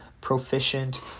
proficient